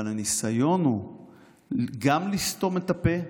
אבל הניסיון הוא גם לסתום את הפה,